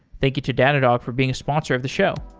thank you to datadog for being a sponsor of the show.